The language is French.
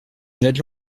ned